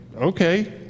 okay